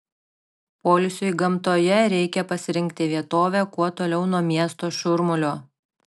poilsiui gamtoje reikia pasirinkti vietovę kuo toliau nuo miesto šurmulio